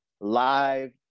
live